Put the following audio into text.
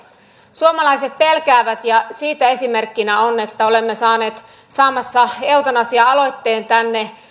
suomalaiset pelkäävät ja siitä esimerkkinä on että olemme saamassa eutanasia aloitteen tänne